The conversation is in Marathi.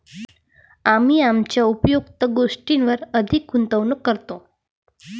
आम्ही आमच्या उपयुक्त गोष्टींवर अधिक गुंतवणूक करतो